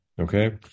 Okay